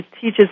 teaches